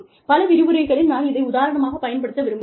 பல விரிவுரைகளில் நான் இதை உதாரணமாகக் பயன்படுத்த விரும்புகிறேன்